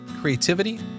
Creativity